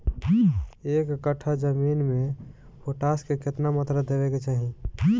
एक कट्ठा जमीन में पोटास के केतना मात्रा देवे के चाही?